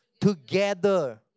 together